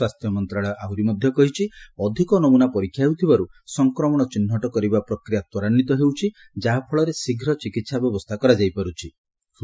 ସ୍ୱାସ୍ଥ୍ୟ ମନ୍ତ୍ରଣାଳୟ ଆହୁରି ମଧ୍ୟ କହିଛି ଅଧିକ ନମୁନା ପରୀକ୍ଷା ହେଉଥିବାରୁ ସଂକ୍ରମଣ ଚିହ୍ନଟ କରିବା ପ୍ରକ୍ରିୟା ତ୍ୱରାନ୍ୱିତ ହେଉଛି ଯାହାଫଳରେ ଶୀଘ୍ର ଚିକିତ୍ସା ବ୍ୟବସ୍ଥା କରାଯାଇପାର୍ଚ୍ଛି